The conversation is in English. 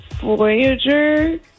Voyager